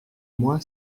moi